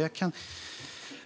Jag kan